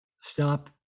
stop